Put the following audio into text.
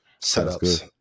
setups